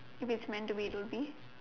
if it's meant to be it will be